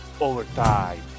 overtime